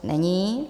Není.